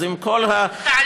אז עם כל הכבוד,